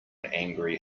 angry